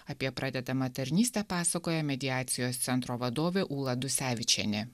apie pradedamą tarnystę pasakoja mediacijos centro vadovė ūla dusevičienė